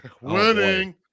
Winning